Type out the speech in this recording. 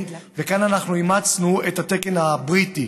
וכאן אנחנו אימצנו את התקן הבריטי.